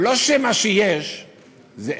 לא שמה שיש זה אפס,